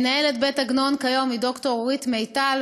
מנהלת בית-עגנון כיום היא ד"ר אורית מיטל,